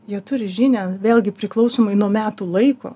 jie turi žinią vėlgi priklausomai nuo metų laiko